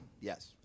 Yes